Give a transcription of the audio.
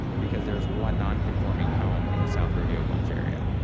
because there's one non conforming home in the south rodeo gulch area.